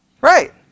Right